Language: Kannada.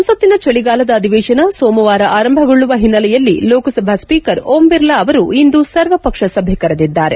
ಸಂಸತ್ತಿನ ಚಳಿಗಾಲದ ಅಧಿವೇಶನ ಸೋಮವಾರ ಆರಂಭಗೊಳ್ಳುವ ಹಿನ್ನೆಲೆಯಲ್ಲಿ ಲೋಕಸಭಾ ಸ್ವೀಕರ್ ಓಂ ಬಿರ್ಲಾ ಅವರು ಇಂದು ಸರ್ವಪಕ್ಷ ಸಭೆ ಕರೆದಿದ್ದಾರೆ